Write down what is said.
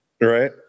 Right